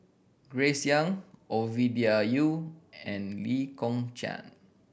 Grace Young Ovidia Yu and Lee Kong Chian